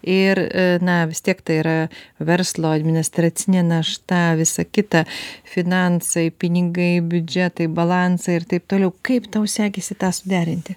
ir na vis tiek tai yra verslo administracinė našta visa kita finansai pinigai biudžetai balansai ir taip toliau kaip tau sekėsi tą suderinti